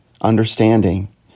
understanding